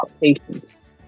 patients